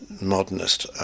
modernist